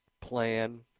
plan